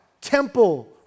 Temple